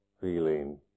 feeling